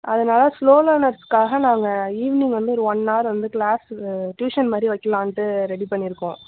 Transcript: அதனால ஸ்லோ லேனர்ஸ்க்காக நாங்கள் ஈவினிங் வந்து ஒரு ஒன் ஹவர் வந்து கிளாஸு டியூஷன் மாதிரி வைக்கலான்ட்டு ரெடி பண்ணி இருக்கோம்